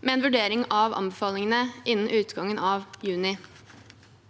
med en vurdering av anbefalingene innen utgangen av juni.